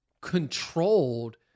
controlled